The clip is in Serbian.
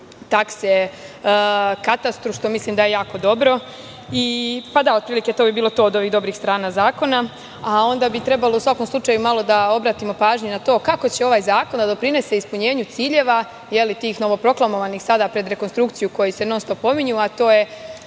takse katastru, što mislim da je jako dobro i otprilike, to bi bilo to od ovih dobrih strana zakona, a onda bi trebalo u svakom slučaju malo da obratimo pažnju, kako će ovaj zakon da doprinese ispunjenju ciljeva, tih novoproklamovanih, sada pred rekonstrukciju, koji se non-stop pominju, a to je